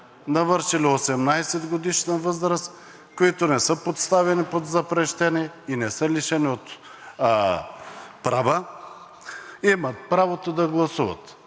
навършили 18-годишна възраст, които не са поставени под запрещение и не са лишени от права, имат правото да гласуват.